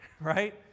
right